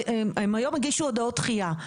היום הם הגישו הודעות דחייה,